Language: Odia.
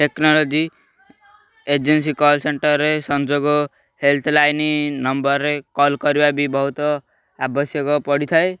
ଟେକ୍ନୋଲୋଜି ଏଜେନ୍ସି କଲ୍ ସେଣ୍ଟର୍ରେ ସଂଯୋଗ ହେଲ୍ଥ୍ ଲାଇନ୍ ନମ୍ବର୍ରେ କଲ୍ କରିବା ବି ବହୁତ ଆବଶ୍ୟକ ପଡ଼ିଥାଏ